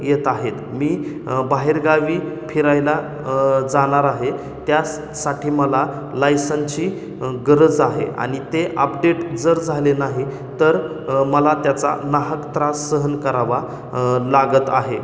येत आहेत मी बाहेरगावी फिरायला जाणार आहे त्यास् साठी मला लायसनची गरज आहे आणि ते आपडेट जर झाले नाही तर मला त्याचा नाहक त्रास सहन करावा लागत आहे